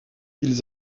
ils